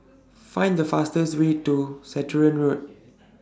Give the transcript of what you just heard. Find The fastest Way to Stratton Road